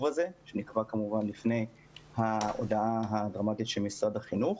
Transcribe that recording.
הזה שנקבע כמובן לפני ההודעה הדרמטית של משרד החינוך.